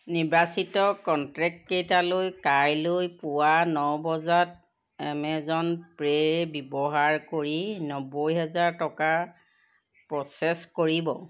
নিৰ্বাচিত কণ্টেক্টকেইটালৈ কাইলৈ পুৱা ন বজাত এমেজন পে' ব্যৱহাৰ কৰি নব্বৈ হাজাৰ টকা প্ৰ'চেছ কৰিব